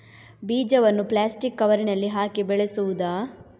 ಬೀಜವನ್ನು ಪ್ಲಾಸ್ಟಿಕ್ ಕವರಿನಲ್ಲಿ ಹಾಕಿ ಬೆಳೆಸುವುದಾ?